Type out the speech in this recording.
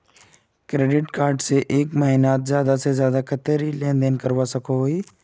Credit card से एक महीनात ज्यादा से ज्यादा कतेरी लेन देन करवा सकोहो ही?